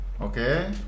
okay